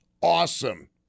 awesome